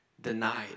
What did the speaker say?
denied